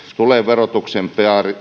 tulevat verotuksen